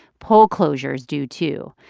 poll closures do, too.